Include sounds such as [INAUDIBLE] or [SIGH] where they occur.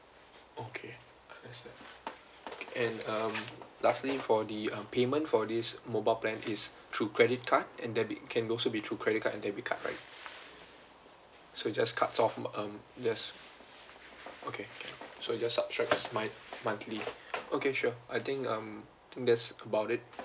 okay understand and um lastly for the um payment for this mobile plan is [BREATH] through credit card and debit can also be through credit card and debit card right so just cuts off um just okay can so it just subtracts month~ monthly [BREATH] okay sure I think um think that's about it